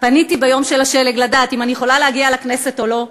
פניתי ביום השלג לדעת אם אני יכולה להגיע לכנסת או לא.